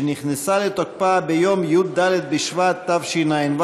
שנכנסה לתוקפה ביום י"ד בשבט תשע"ו,